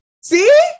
See